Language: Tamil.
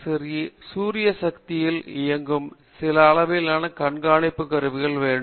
காமகோடி எனவே எனக்கு சூரிய சக்தியில் இயங்கும் சிறிய அளவிலான கண்காணிப்பு கருவிகள் வேண்டும்